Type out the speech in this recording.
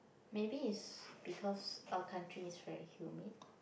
maybe is because our country is very humid